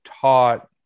taught